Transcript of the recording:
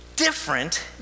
Different